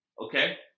okay